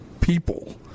people